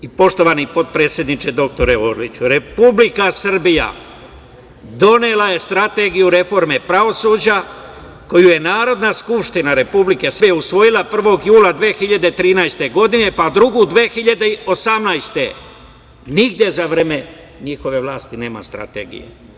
Poštovani potpredsedniče doktore Orliću, Republika Srbija donela je Strategiju reforme pravosuđa, koju je Narodna skupština Republike Srbije usvojila 1. jula 2013. godine, pa drugu 2018. godine, nigde za vreme njihove vlasti nema strategije.